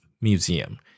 Museum